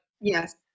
Yes